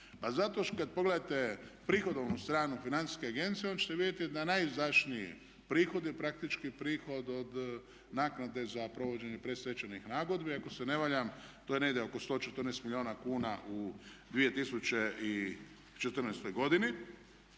Pa zato kad pogledate prihodovnu stranu financijske agencije onda ćete vidjeti da najizdašniji prihodi praktički prihod od naknade za provođenje predstečajnih nagodbi ako se ne varam to je negdje oko 114 milijuna kuna u 2014.godini